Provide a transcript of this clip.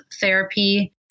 therapy